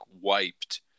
wiped